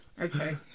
Okay